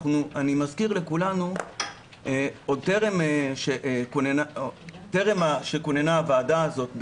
אני מזכיר לכולנו שעוד טרם כוננה הוועדה הזאת,